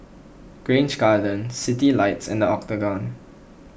Grange Garden Citylights and the Octagon